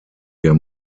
der